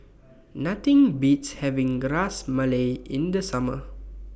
Nothing Beats having Gras Malai in The Summer